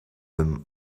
them